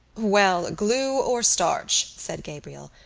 well, glue or starch, said gabriel,